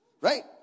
Right